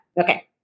Okay